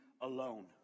alone